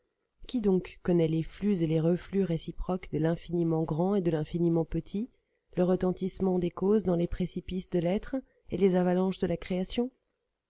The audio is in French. qui donc connaît les flux et les reflux réciproques de l'infiniment grand et de l'infiniment petit le retentissement des causes dans les précipices de l'être et les avalanches de la création